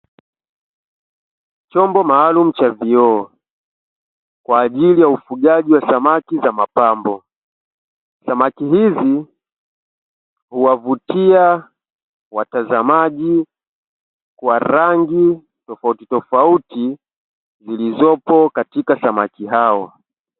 Chombo maalumu cha vioo kwa ajili ya ufugaji wa samaki za mapambo, samaki hizi huwavutia watazamaji kwa rangi tofauti tofauti zilizopo katika samaki hao.